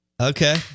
Okay